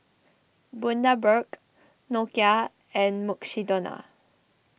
Bundaberg Nokia and Mukshidonna